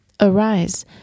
Arise